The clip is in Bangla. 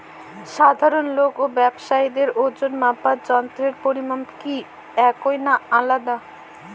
সাধারণ লোক ও ব্যাবসায়ীদের ওজনমাপার যন্ত্রের পরিমাপ কি একই না আলাদা হয়?